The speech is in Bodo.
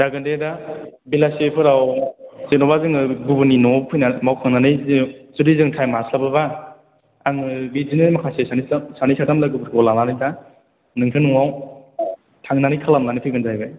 जागोन दे दा बेलासिफोराव जेनेबा जोङो गुबुननि न'आव फैनानै मावखांनानै जोङो जुदि जों टाइम हास्लाबोबा आङो बिदिनो माखासे सानै साथाम लोगोफोरखौ लानानै दा नोंथांनि न'आव थांनानै खालामनानै फैबानो जाहैबाय